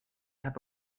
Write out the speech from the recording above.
have